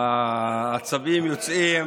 העצבים יוצאים